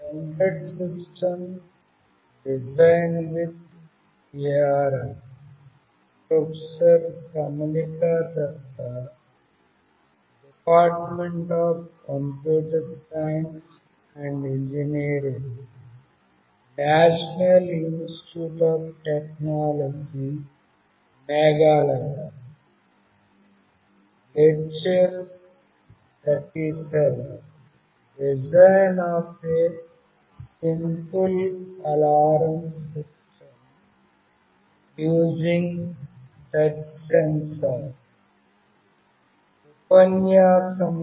ఉపన్యాసం 37 కు స్వాగతం